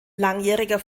langjähriger